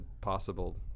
possible